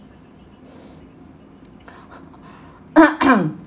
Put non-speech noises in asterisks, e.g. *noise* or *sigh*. *coughs*